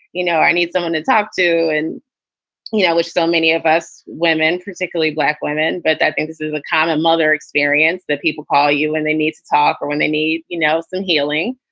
you know, i need someone to talk to and you know which so many of us women, particularly black women. but i think this is the kind of mother experience that people call you when they need to talk or when they need, you know, some healing.